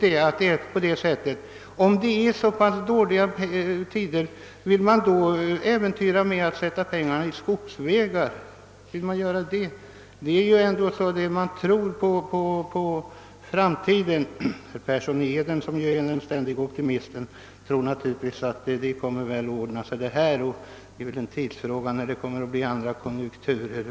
Om tiderna är så dåliga som herr Larsson i Norderön vill göra gällande, vill man då äventyra pengar med att satsa dem på skogsvägar? Herr Persson i Heden, som är den ständige optimisten, tror naturligtvis att det här kommer att ordna upp sig och att det bara är en tidsfråga när det blir bättre konjunkturer.